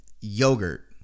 yogurt